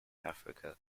africa